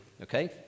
okay